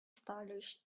stylish